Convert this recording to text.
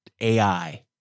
AI